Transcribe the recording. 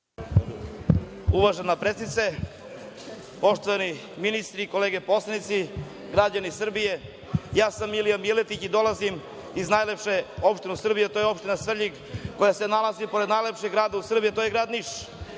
Uvažena predsednice, poštovani ministri, kolege poslanici, građani Srbije, ja sam Milija Miletić i dolazim iz najlepše opštine u Srbiji, a to je opština Svrljig, koja se nalazi pored najlepšeg grada u Srbiji, a to je grad Niš.